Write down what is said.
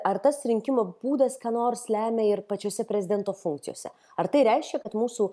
ar tas rinkimų būdas ką nors lemia ir pačiose prezidento funkcijose ar tai reiškia kad mūsų